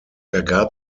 ergab